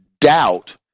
doubt